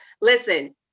listen